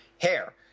hair